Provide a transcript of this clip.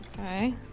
Okay